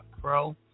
Pro